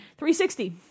360